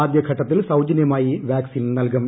ആദ്യ ഘട്ടത്തിൽ സൌജന്യമായി വാക്സിൻ നൽകും